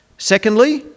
Secondly